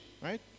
right